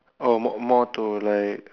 oh more more to like uh